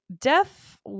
death